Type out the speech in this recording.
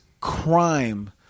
crime